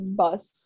bus